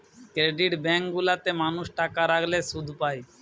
credit bank গুলা তে মানুষ টাকা রাখলে শুধ পায়